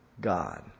God